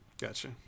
gotcha